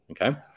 Okay